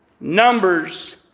Numbers